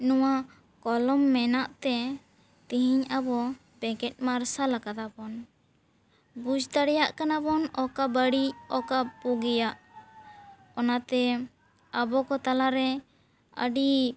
ᱱᱚᱣᱟ ᱠᱚᱞᱚᱢ ᱢᱮᱱᱟᱜ ᱛᱮ ᱛᱤᱦᱤᱧ ᱟᱵᱚ ᱵᱮᱸᱜᱮᱫ ᱢᱟᱨᱥᱟᱞ ᱟᱠᱟᱫᱟ ᱵᱚᱱ ᱵᱩᱡᱽ ᱫᱟᱲᱮᱭᱟᱜ ᱠᱟᱱᱟᱵᱚᱱ ᱚᱠᱟ ᱵᱟᱹᱲᱤᱡ ᱚᱠᱟ ᱵᱩᱜᱤᱭᱟᱜ ᱚᱱᱟᱛᱮ ᱟᱵᱚ ᱠᱚ ᱛᱟᱞᱟ ᱨᱮ ᱟᱹᱰᱤ